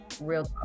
real